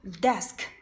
desk